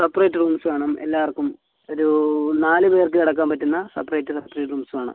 separate rooms വേണം എല്ലാവർക്കും ഒരൂ നാല് പേർക്ക് കിടക്കാൻ പറ്റുന്ന സെപ്പറേറ്റ് സെപ്പറേറ്റ് റൂംസ് വേണം